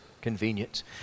convenience